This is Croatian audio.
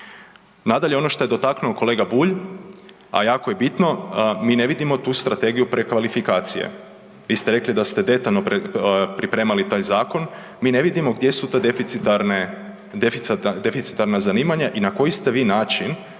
Nadalje, ono što je dotaknuo kolega Bulj, a jako je bitno, mi ne vidimo tu strategiju prekvalifikacije. Vi ste rekli da ste detaljno pripremali taj zakon, mi ne vidimo gdje su to deficitarna zanimanja i na koji ste vi način